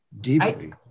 deeply